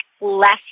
less